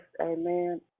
Amen